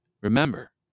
Remember